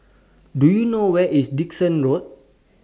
Do YOU know Where IS Dickson Road